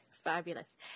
Fabulous